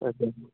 okay